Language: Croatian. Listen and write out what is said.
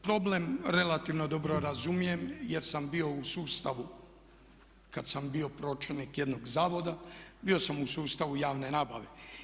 Problem relativno dobro razumijem jer sam bio u sustavu kad sam bio pročelnik jednog zavoda bio sam u sustavu javne nabave.